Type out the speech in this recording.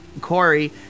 Corey